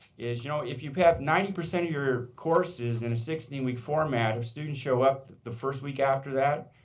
is, you know, if you have ninety percent of your courses in a sixteen week format, if students show up the first week after that,